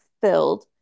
filled